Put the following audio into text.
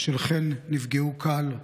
של חן נפגעו קל.